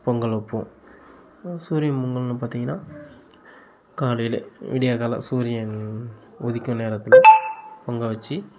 பொங்கல் வைப்போம் சூரியன் பொங்கல்னு பார்த்திங்கன்னா காலையிலே விடியக்காலம் சூரியன் உதிக்கும் நேரத்தில் பொங்கல் வச்சி